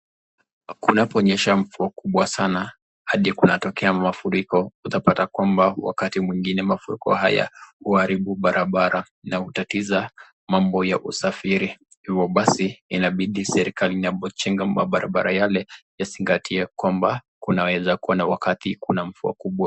Kunapo nyesha mvuo kubwa sana hadi kunatokea mafuriko, utapata kwamba wakati mwingine mafuriko haya huaribu barabara na hutatisa mambo ya usafiri. Hivo basi inabidhi serikali inapojenga mabarabara yale yazingatie kwamba Kunaweza kuwa na wakati Kuna mvua kubwa.